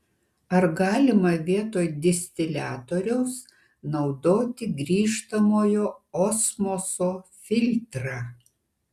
ar galima vietoj distiliatoriaus naudoti grįžtamojo osmoso filtrą